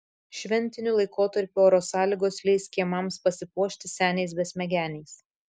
šventiniu laikotarpiu oro sąlygos leis kiemams pasipuošti seniais besmegeniais